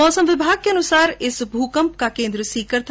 मौसम विभाग के अनुसार इस भूकंप का केन्द्र सीकर था